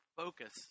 focus